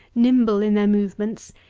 nimble in their movements,